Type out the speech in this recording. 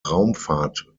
raumfahrt